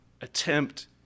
attempt